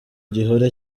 gihora